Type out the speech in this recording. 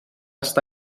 està